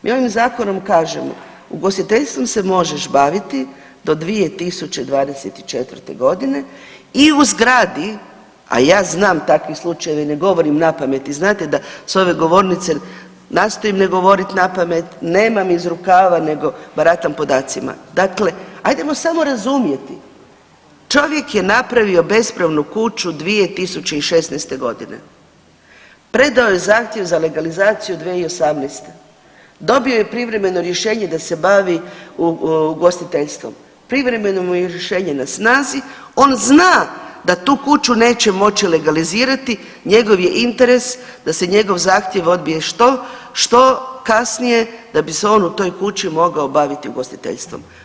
Mi ovim zakonom kažemo ugostiteljstvom se možeš baviti do 2024.g. i u zgradi, a ja znam takvih slučajeva i ne govorim na pamet i znadete da s ove govornice nastojim ne govoriti na pamet, nemam iz rukava nego baratam podacima, dakle ajdemo samo razumjeti, čovjek je napravio bespravnu kuću 2016.g. predao je zahtjev za legalizaciju 2018., dobio je privremeno rješenje da se bavi ugostiteljstvom, privremeno mu je rješenje na snazi, on zna da tu kuću neće moći legalizirati njegov je interes da se njegov zahtjev odbije što kasnije da bi se on u toj kući mogao baviti ugostiteljstvom.